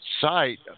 site